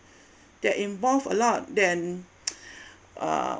that involve a lot then uh